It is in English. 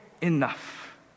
enough